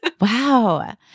Wow